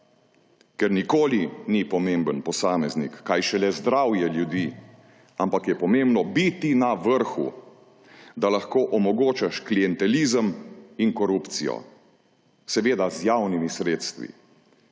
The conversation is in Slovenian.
ker nikoli ni pomemben posameznik, kaj šele zdravje ljudi, ampak je pomembno biti na vrhu, da lahko omogočaš klientelizem in korupcijo, seveda z javnimi sredstvi.